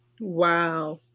Wow